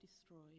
destroyed